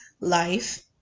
life